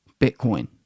bitcoin